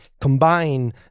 combine